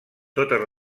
totes